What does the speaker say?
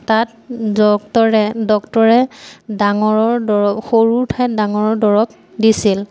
তাত ডক্তৰে ডক্টৰে ডাঙৰৰ দৰৱ সৰু ঠাইত ডাঙৰৰ দৰৱ দিছিল